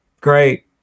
great